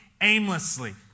aimlessly